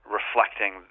reflecting